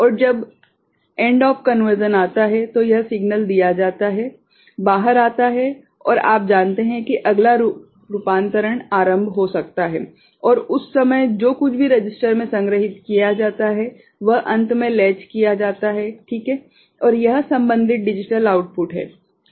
और जब end of conversion आता है तो यह सिग्नल दिया जाता है बाहर आता है और आप जानते हैं कि अगला रूपांतरण आरंभ हो सकता है और उस समय जो कुछ भी रजिस्टर में संग्रहीत किया जाता है वह अंत में लैच किया गया है ठीक है और यह संबंधित डिजिटल आउटपुट है ठीक है